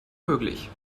möglich